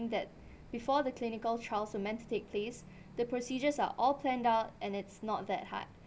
that before the clinical trials were meant to take place the procedures are all planned out and it's not that hard